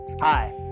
Hi